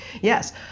Yes